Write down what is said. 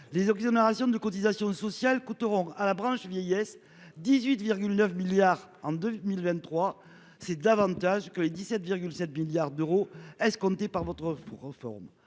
Les exonérations de cotisations sociales coûteront à la branche vieillesse 18 9 milliards en 2023. C'est davantage que les 17 7 milliards d'euros est se par votre four en